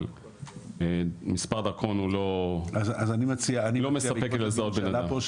אבל מספר דרכון הוא לא מספק בשביל לזהות בן אדם.